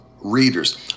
readers